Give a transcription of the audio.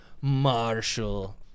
Marshall